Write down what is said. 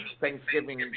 Thanksgiving